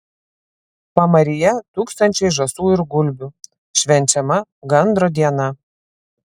pamaryje tūkstančiai žąsų ir gulbių švenčiama gandro diena